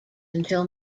until